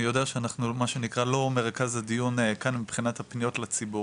אני יודע שאנחנו מה שנקרא לא מרכז הדיון כאן מבחינת הפניות לציבור,